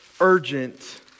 Urgent